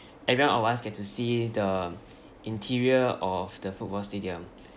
everyone of us get to see the interior of the football stadium